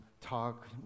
talk